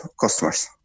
customers